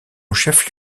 chef